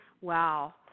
Wow